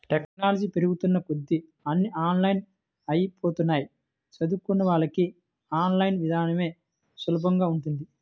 technology పెరుగుతున్న కొద్దీ అన్నీ ఆన్లైన్ అయ్యిపోతన్నయ్, చదువుకున్నోళ్ళకి ఆన్ లైన్ ఇదానమే సులభంగా ఉంటది